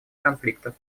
конфликтов